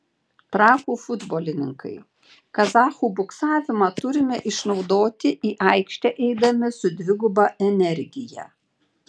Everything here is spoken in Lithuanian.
trakų futbolininkai kazachų buksavimą turime išnaudoti į aikštę eidami su dviguba energija